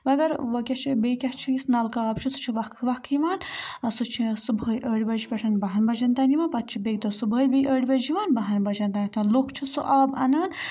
مگر وۄنۍ کیٛاہ چھِ اَتھ بیٚیہِ کیٛاہ چھُ یُس نَلکہٕ آب چھِ سُہ چھُ وقہٕ وَقہٕ یِوان سُہ چھُ صُبحٲے أٹھِ بَجہِ پٮ۪ٹھ بَہَن بَجَن تام یِوان پَتہٕ چھِ بیٚکہِ دۄہ صُبحٲے بیٚیہِ ٲٹھِ بَجہِ یِوان بَہَن بَجَن تامَتھ لُکھ چھِ سُہ آب اَنان